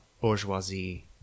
bourgeoisie